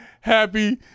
Happy